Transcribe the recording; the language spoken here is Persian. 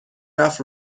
رفت